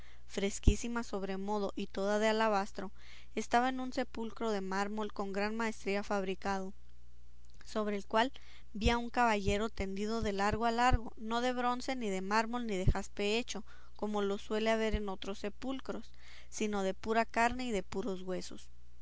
fresquísima sobremodo y toda de alabastro estaba un sepulcro de mármol con gran maestría fabricado sobre el cual vi a un caballero tendido de largo a largo no de bronce ni de mármol ni de jaspe hecho como los suele haber en otros sepulcros sino de pura carne y de puros huesos